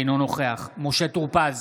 אינו נוכח משה טור פז,